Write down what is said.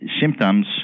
symptoms